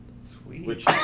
Sweet